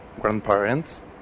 grandparents